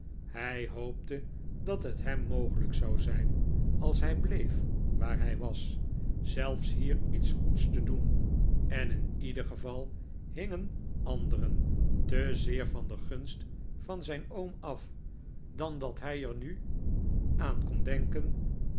hij hoopte dat het hem mogelijk zou zijn als hij bleef waar hij was zelfs hier iets goeds te doen en in ieder geval hingeri anderen te zeer van de gunst van zijn oom af dan dat hij er nu aan kon denken